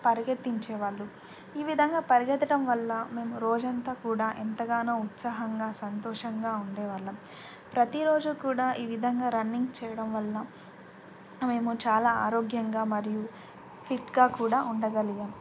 పరిగెత్తించేవాళ్ళు ఈ విధంగా పరిగెత్తడం వల్ల మేము రోజంతా కూడా ఎంతగానో ఉత్సాహంగా సంతోషంగా ఉండేవాళ్ళం ప్రతిరోజు కూడా ఈ విధంగా రన్నింగ్ చేయడం వల్ల మేము చాలా ఆరోగ్యంగా మరియు ఫిట్గా కూడా ఉండగలిగాం